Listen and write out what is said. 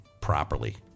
properly